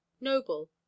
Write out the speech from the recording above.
noble